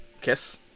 kiss